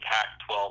Pac-12